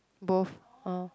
both uh